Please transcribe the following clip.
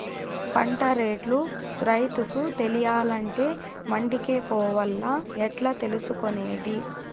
పంట రేట్లు రైతుకు తెలియాలంటే మండి కే పోవాలా? ఎట్లా తెలుసుకొనేది?